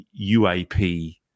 UAP